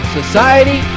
society